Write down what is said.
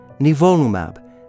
nivolumab